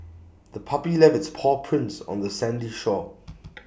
the puppy left its paw prints on the sandy shore